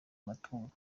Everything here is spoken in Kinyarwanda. amatungo